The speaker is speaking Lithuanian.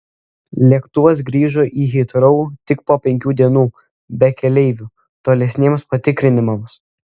lėktuvas grįžo į hitrou tik po penkių dienų be keleivių tolesniems patikrinimams